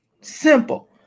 Simple